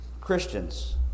Christians